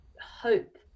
hope